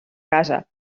casa